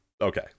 okay